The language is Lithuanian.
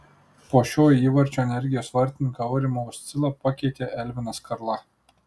po šio įvarčio energijos vartininką aurimą uscilą pakeitė elvinas karla